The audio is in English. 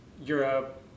Europe